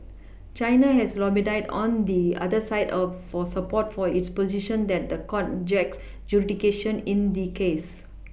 China has lobbied on the other side of for support for its position that the court jacks jurisdiction in the case